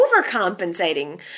overcompensating